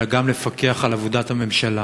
אלא גם לפקח על עבודת הממשלה.